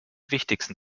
wichtigsten